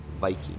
Viking